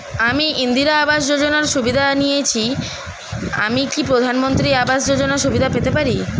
আমি ইন্দিরা আবাস যোজনার সুবিধা নেয়েছি আমি কি প্রধানমন্ত্রী আবাস যোজনা সুবিধা পেতে পারি?